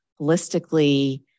holistically